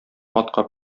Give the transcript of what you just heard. атка